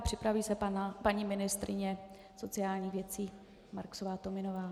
Připraví se paní ministryně sociálních věcí MarksováTominová.